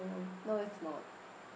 no no it's not